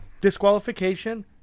Disqualification